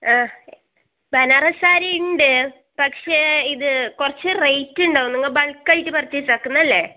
ആ ബനാറസ് സാരി ഉണ്ട് പക്ഷേ ഇത് കുറച്ച് റേറ്റ് ഉണ്ടാവും നിങ്ങൾ ബൾക്കായിട്ട് പർച്ചേസ് ആക്കുന്നതല്ലേ